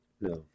No